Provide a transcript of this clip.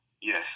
Yes